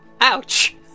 Ouch